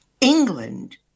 England